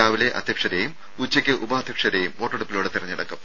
രാവിലെ അധ്യക്ഷരെയും ഉച്ചയ്ക്ക് ഉപാധ്യക്ഷരെയും വോട്ടെടുപ്പിലൂടെ തിരഞ്ഞെടുക്കും